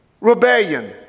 rebellion